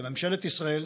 לממשלת ישראל,